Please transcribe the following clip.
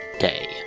day